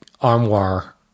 armoire